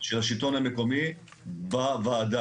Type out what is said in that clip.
של השלטון המקומי בוועדה.